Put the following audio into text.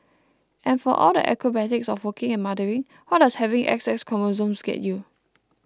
and for all the acrobatics of working and mothering what does having X X chromosomes get you